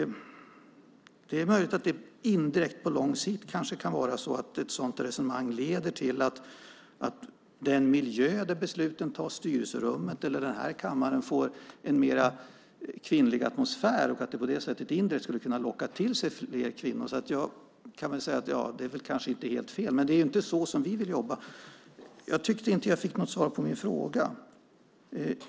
Det är möjligt att ett sådant resonemang indirekt på lång sikt leder till att den miljö där besluten fattas, styrelserummet eller den här kammaren, får en mer kvinnlig atmosfär och att det på det sättet indirekt skulle kunna locka till sig fler kvinnor. Det är kanske inte helt fel, men det är inte så som vi vill jobba. Jag tyckte inte att jag fick något svar på min fråga.